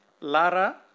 Lara